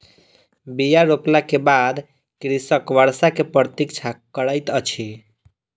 बीया रोपला के बाद कृषक वर्षा के प्रतीक्षा करैत अछि